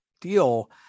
deal